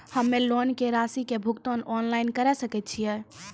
हम्मे लोन के रासि के भुगतान ऑनलाइन करे सकय छियै?